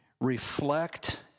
reflect